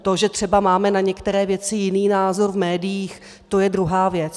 To, že třeba máme na některé věci jiný názor v médiích, to je druhá věc.